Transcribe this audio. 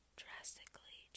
drastically